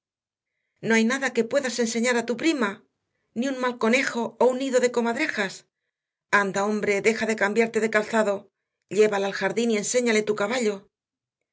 no hay nada que puedas enseñar a tu prima ni un mal conejo o un nido de comadrejas anda hombre deja de cambiarte el calzado llévala al jardín y enséñale tu caballo